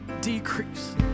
decrease